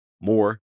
more